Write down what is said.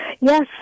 Yes